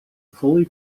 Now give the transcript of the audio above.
fully